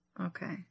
Okay